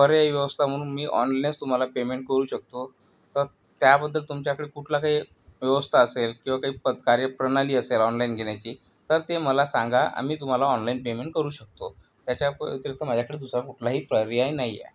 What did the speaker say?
पर्यायी व्यवस्था म्हणून मी ऑनलेनच तुम्हाला पेमेंट करू शकतो तर त्याबद्दल तुमच्याकडे कुठला काही व्यवस्था असेल किंवा काही प कार्यप्रणाली असेल ऑनलाईन घेण्याची तर ते मला सांगा आम्ही तुम्हाला ऑनलाईन पेमेंट करू शकतो त्याच्या प व्यतिरिक्त माझ्याकडे दुसरा कुठलाही पर्याय नाही आहे